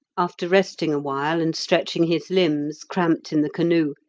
after resting awhile and stretching his limbs, cramped in the canoe,